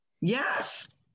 Yes